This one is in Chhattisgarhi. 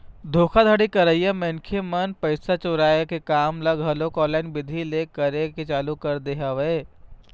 धोखाघड़ी करइया मनखे मन पइसा चोराय के काम ल घलोक ऑनलाईन बिधि ले करे के चालू कर दे हवय